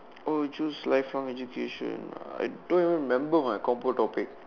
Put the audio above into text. oh choose lifelong education I don't even remember my compo topic